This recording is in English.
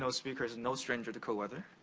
note speaker, is and no stranger to cool weather.